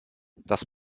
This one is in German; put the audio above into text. das